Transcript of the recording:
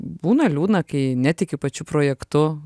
būna liūdna kai netiki pačiu projektu